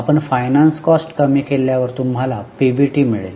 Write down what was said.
आपण finance cost कमी केल्यावर तुम्हाला पीबीटी मिळेल